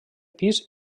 pis